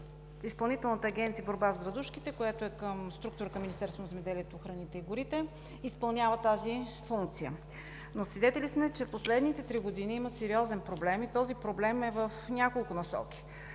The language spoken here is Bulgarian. Изпълнителната агенция „Борба с градушките“, която е структура към Министерството на земеделието, храните и горите, изпълнява тази функция. Свидетели сме, че през последните три години има сериозен проблем. Този сериозен проблем е в няколко насоки.